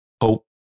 hope